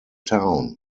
town